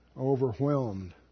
overwhelmed